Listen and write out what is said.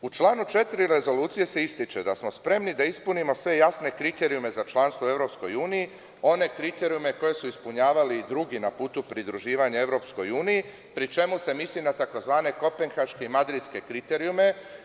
U članu 4. rezolucije se ističe da smo spremni da ispunimo sve jasne kriterijume za članstvo u EU, one kriterijume koji su ispunjavali i drugi na putu pridruživanja EU, pri čemu se misli na tzv. kopenhaške i madridske kriterijume.